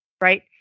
right